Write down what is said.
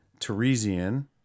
Teresian